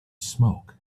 smoke